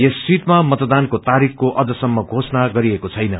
यस सिटमा मतदानको तारीखको अझ सम्म घोषणा गरिएको छैन